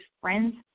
friend's